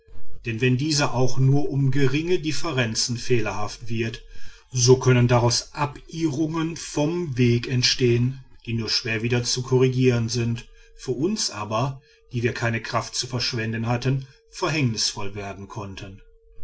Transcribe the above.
denn wenn dieser auch nur um geringe differenzen fehlerhaft wird so können daraus abirrungen vom weg entstehen die nur schwer wieder zu korrigieren sind für uns aber die wir keine kraft zu verschwenden hatten verhängnisvoll werden konnten